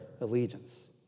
allegiance